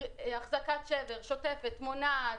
אחזקת שבר שוטפת ומונעת,